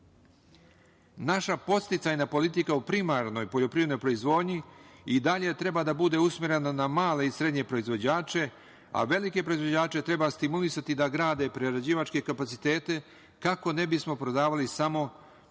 podsticajna politika u primarnoj poljoprivrednoj proizvodnji i dalje treba da bude usmerena na male i srednje proizvođače, a velike proizvođače treba stimulisati da grade prerađivačke kapacitete kako ne bismo prodavali samo sirove